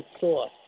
Source